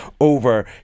over